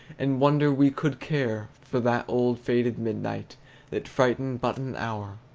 and wonder we could care for that old faded midnight that frightened but an hour.